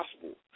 possible